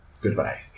goodbye